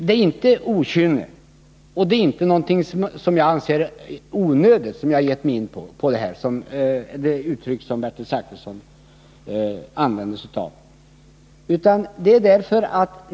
Det är inte av okynne som jag har gett mig in på det här, och det är inte något som jag anser vara onödigt, för att återge vad Bertil Zachrisson sade.